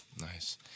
nice